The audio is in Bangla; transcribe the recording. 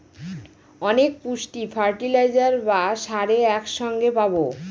অনেক পুষ্টি ফার্টিলাইজার বা সারে এক সঙ্গে পাবো